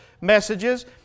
messages